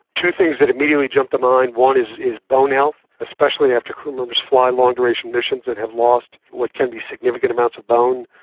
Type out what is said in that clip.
two things that immediately jump to mind, one is is bone health, especially after crew members fly long-duration missions and have lost what can be significant amounts of a bone.